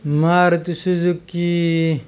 Maruti Suzuki